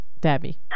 Debbie